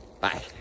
bye